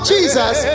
Jesus